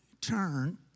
turn